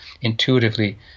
intuitively